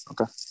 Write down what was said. Okay